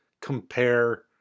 compare